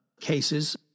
cases